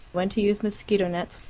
when to use mosquito-nets,